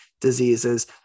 diseases